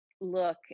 look